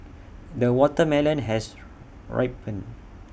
the watermelon has ripened